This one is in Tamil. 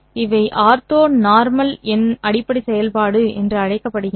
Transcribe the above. இவை ஆர்த்தோனார்மல் அடிப்படை செயல்பாடு என்று அழைக்கப்படுகின்றன